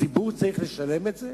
הציבור צריך לשלם את זה?